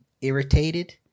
irritated